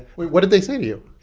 what did they say to you?